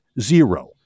zero